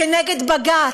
כנגד בג"ץ,